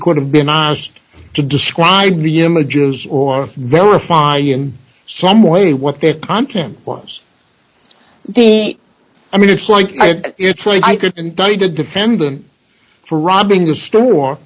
could have been asked to describe the images or verify in some way what the content was i mean it's like it's like i couldn't tell you to defend them for robbing the store